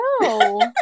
no